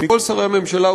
מכל שרי הממשלה,